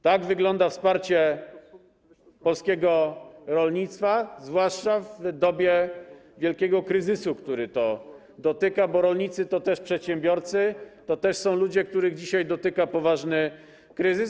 Tak wygląda wsparcie polskiego rolnictwa, zwłaszcza w dobie wielkiego kryzysu, który je dotyka, bo rolnicy to też przedsiębiorcy, to też są ludzie, których dzisiaj dotyka poważny kryzys.